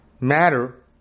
matter